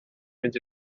mynd